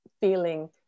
feeling